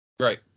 Right